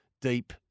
deep